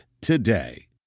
today